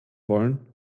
wollen